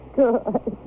good